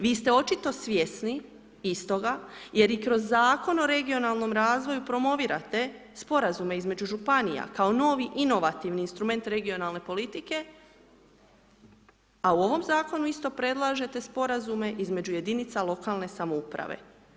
Vi ste očito svjesni istoga jer i kroz Zakon o regionalnom razvoju promovirate Sporazume između županija kao novi inovativni instrument regionalne politike, a u ovom Zakonu isto predlažete Sporazume između jedinica lokalne samouprave.